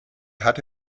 hatte